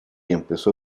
empezó